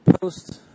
post